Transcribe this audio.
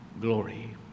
glory